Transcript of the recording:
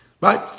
Right